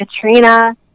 Katrina